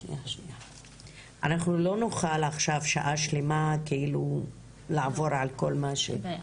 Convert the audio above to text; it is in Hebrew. אנחנו לא נוכל עכשיו שעה שלמה לעבור על כל מה ש אין בעיה.